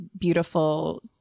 beautiful